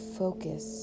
focus